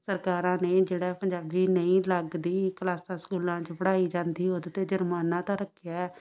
ਸਰਕਾਰਾਂ ਨੇ ਜਿਹੜਾ ਪੰਜਾਬੀ ਨਹੀਂ ਲੱਗਦੀ ਕਲਾਸਾਂ ਸਕੂਲਾਂ 'ਚ ਪੜ੍ਹਾਈ ਜਾਂਦੀ ਉਹਦੇ 'ਤੇ ਜੁਰਮਾਨਾ ਤਾਂ ਰੱਖਿਆ